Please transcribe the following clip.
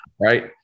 Right